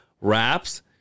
Wraps